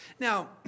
Now